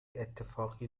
اتفاقی